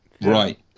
Right